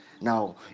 now